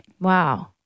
Wow